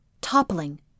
toppling